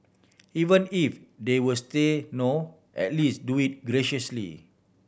even if they was say no at least do it graciously